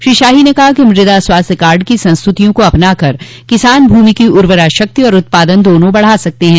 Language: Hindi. श्री शाही ने कहा कि मृदा स्वास्थ्य कार्ड की संस्तृतियों को अपना कर किसान भूमि की उर्वरा शक्ति और उत्पादन दोनों बढ़ा सकते हैं